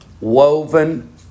Woven